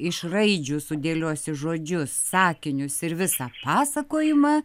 iš raidžių sudėliosi žodžius sakinius ir visą pasakojimą